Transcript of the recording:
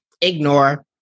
ignore